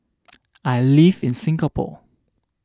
I live in Singapore